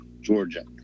Georgia